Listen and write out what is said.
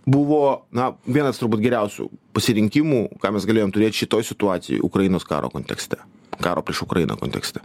buvo na vienas turbūt geriausių pasirinkimų ką mes galėjom turėt šitoj situacijoj ukrainos karo kontekste karo prieš ukrainą kontekste